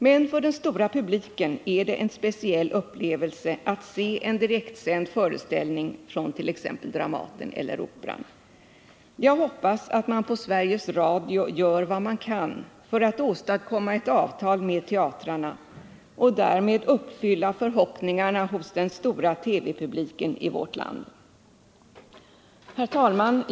Men för den stora publiken är det en speciell upplevelse att se en direktsänd föreställning från t.ex. Dramaten eller Operan. Jag hoppas att man på Sveriges Radio gör vad man kan för att åstadkomma ett avtal med teatrarna och därmed infria förhoppningarna hos den stora TV-publiken i vårt land. Herr talman!